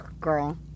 Girl